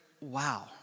wow